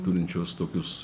turinčios tokius